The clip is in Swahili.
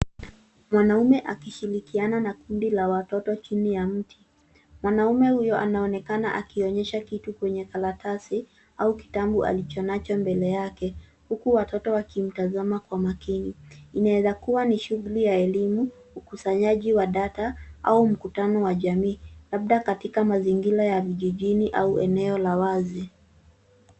Mwanaume akishirikiana na kundi la watoto chini ya mti. Mwanaume huyu anaonekana akionyesha kitu kwenye karatasi au kitabu alicho nacho mbele yake huku watoto wakimtazama kwa makini. Inaweza kuwa ni shughuli ya elimu, ukusanyaji wa data au mkutano wa jamii, labda katika mazingira ya vijijini au eneo la wazi.